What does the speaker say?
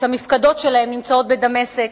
שהמפקדות שלהם נמצאות בדמשק.